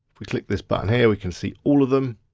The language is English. we click this button here, we can see all of them.